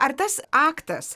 ar tas aktas